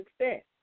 success